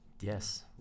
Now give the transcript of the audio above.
Yes